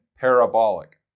parabolic